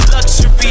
Luxury